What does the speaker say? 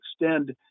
extend